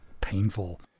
painful